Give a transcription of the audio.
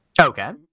Okay